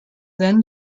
then